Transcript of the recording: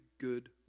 good